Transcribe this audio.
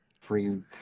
free